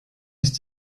ist